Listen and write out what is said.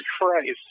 Christ